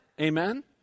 Amen